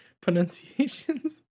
pronunciations